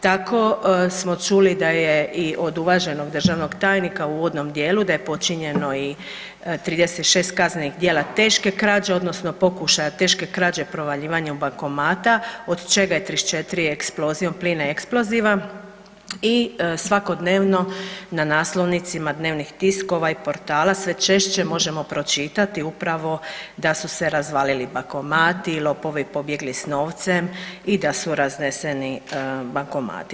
Tako smo čuli da je i od uvaženog državnog tajnika u uvodnom dijelu da je počinjeno i 36 kaznenih djela teške krađe, odnosno pokušaja teške krađe provaljivanjem bankomata od čega je 34 eksplozijom plina i eksploziva i svakodnevno na naslovnicama dnevnih tiskova i portala sve češće možemo pročitati upravo da su se razvalili bankomati, lopovi pobjegli s novcem i da su razneseni bankomati.